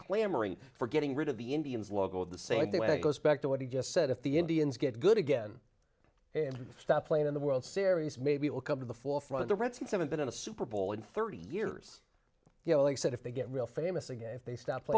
clamoring for getting rid of the indians logo the same way it goes back to what he just said if the indians get good again and stop playing in the world series maybe it will come to the forefront the redskins haven't been in a super bowl in thirty years you know like i said if they get real famous again if they st